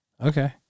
Okay